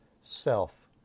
self